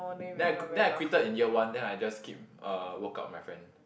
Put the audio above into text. then I then I quitted in year one then I just keep uh workout with my friend